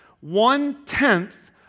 one-tenth